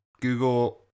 Google